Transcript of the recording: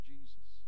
Jesus